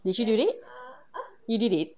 did you do it you did it